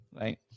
Right